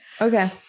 Okay